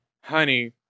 honey